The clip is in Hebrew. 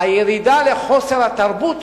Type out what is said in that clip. הירידה לחוסר התרבות,